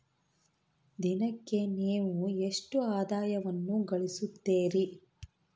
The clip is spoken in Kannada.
ದಿನಕ್ಕೆ ನೇವು ಎಷ್ಟು ಆದಾಯವನ್ನು ಗಳಿಸುತ್ತೇರಿ?